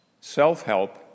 Self-help